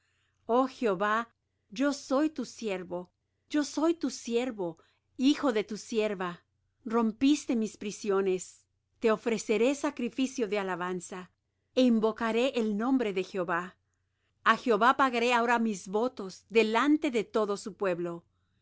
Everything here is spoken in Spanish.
oh jehová que yo soy tu siervo yo tu siervo hijo de tu sierva rompiste mis prisiones te ofreceré sacrificio de alabanza e invocaré el nombre de jehová a jehová pagaré ahora mis votos delante de todo su pueblo en los